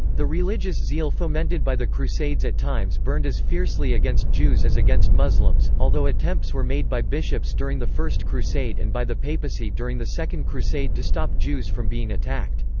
the religious zeal fomented by the crusades at times burned as fiercely against jews as against muslims, although attempts were made by bishops during the first crusade and by the papacy during the second crusade to stop jews from being attacked.